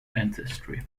ancestry